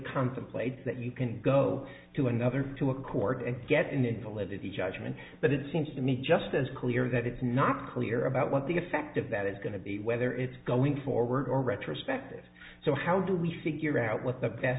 contemplates that you can go to another to a court and get an invalid in the judgment but it seems to me just as clear that it's not clear about what the effect of that is going to be whether it's going forward or retrospective so how do we figure out what the